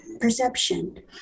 perception